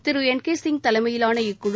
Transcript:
திரு N K Singh தலைமையிலான இக்குழு